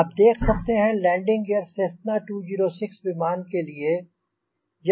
आप देख सकते हैं लैंडिंग गियर सेस्ना 206 विमान के लिए